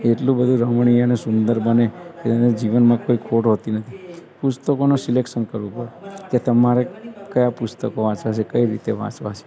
એટલું બધુ રમણીય અને સુંદર બને કે એને જીવનમાં કોઈ ખોટ હોતી નથી પુસ્તકોનું સિલેક્શન કરવું પડે તે તમારે કયા પુસ્તકો વાંચવા છે કઈ રીતે વાંચવા છે